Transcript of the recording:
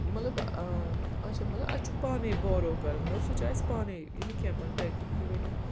مطلب اچھا مطلب اَسہِ چھُ پانَے بارو کَرُن مطلب سُہ چھُ اَسہِ پانَے یہِ نہٕ کینٛہہ مطلب تۄہہِ تُہۍ ؤنِو